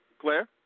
Claire